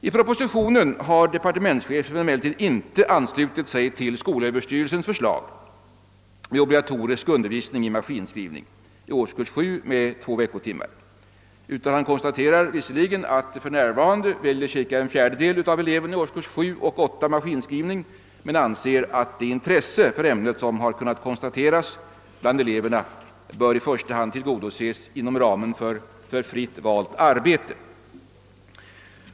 I propositionen har departementschefen emellertid inte anslutit sig till skolöverstyrelsens förslag om obligatorisk undervisning i maskinskrivning i årskurs 7 med två veckotimmar. Han konstaterar visserligen att för närvarande cirka en fjärdedel av eleverna i årskurserna 7 och 8 väljer maskinskrivning, men han anser att det intresse för ämnet som har kunnat konstateras bland eleverna i första hand bör tillgodoses inom ramen för fritt valt arbete.